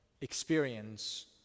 experience